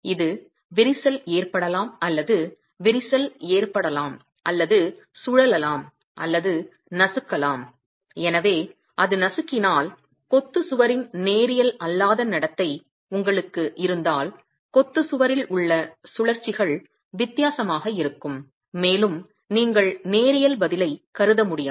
இது விரிசல் ஏற்படலாம் அல்லது விரிசல் ஏற்படலாம் அல்லது சுழலலாம் அல்லது நசுக்கலாம் எனவே அது நசுக்கினால் கொத்து சுவரின் நேரியல் அல்லாத நடத்தை உங்களுக்கு இருந்தால் கொத்து சுவரில் உள்ள சுழற்சிகள் வித்தியாசமாக இருக்கும் மேலும் நீங்கள் நேரியல் பதிலைக் கருத முடியாது